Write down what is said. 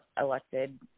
elected